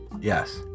Yes